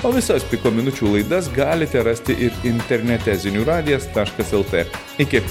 o visas piko minučių laidas galite rasti ir internete zinių radijas taškas lt iki